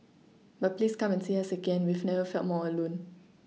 but please come and see us again we've never felt more alone